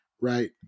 right